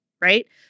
right